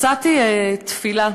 מצאתי תפילה.